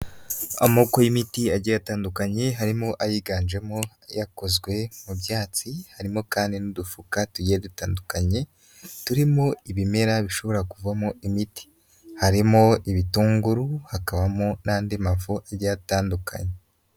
Amoko y'imiti agiye atandukanye harimo ayiganjemo yakozwe mu byatsi, harimo kandi n'udufuka tugiye dutandukanye, turimo ibimera bishobora kuvamo imiti. Harimo ibitunguru hakabamo n'andi mafu agiye atandukanye.